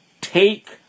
take